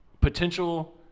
Potential